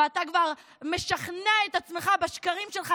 ואתה כבר משכנע את עצמך בשקרים שלך.